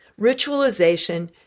ritualization